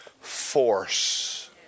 force